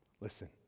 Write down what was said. listen